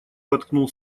воткнул